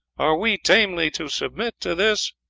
are we tamely to submit to this?